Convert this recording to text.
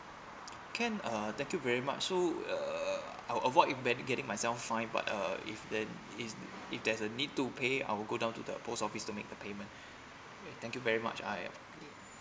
can uh thank you very much so uh I'll avoid even getting myself fine but uh if then if if there's a need to pay I'll go down to the post office to make the payment thank you very much I